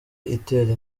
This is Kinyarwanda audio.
itera